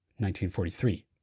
1943